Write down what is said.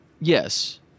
Yes